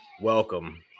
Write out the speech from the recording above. Welcome